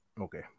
Okay